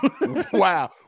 wow